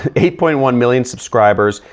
ah eight point one million subscribers.